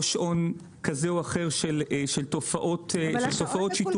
או שעון כזה או אחר של תופעות שיטור